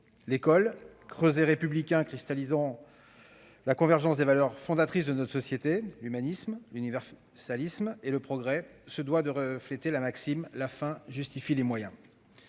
L'école, creuset républicain cristallisant la convergence des valeurs fondatrices de notre société- l'humanisme, l'universalisme et le progrès -se doit de refléter la maxime :« La fin justifie les moyens.